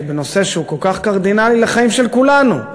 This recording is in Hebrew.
שבנושא שהוא כל כך קרדינלי לחיים של כולנו,